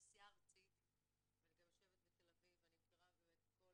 נשיאה ארצית ואני גם יושבת בתל אביב ואני מכירה באמת את כל